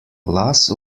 lass